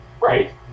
Right